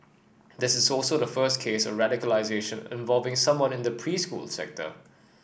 this is also the first case of radicalisation involving someone in the preschool sector